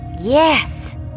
Yes